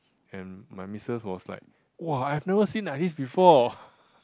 and my missus was like [wah] I have never seen like this before